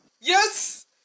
Yes